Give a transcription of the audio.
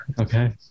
Okay